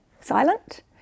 silent